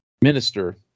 minister